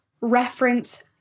reference